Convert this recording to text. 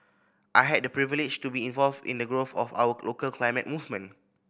I had the privilege to be involved in the growth of our local climate movement